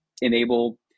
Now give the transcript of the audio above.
enable